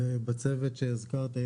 ובצוות שהזכרת,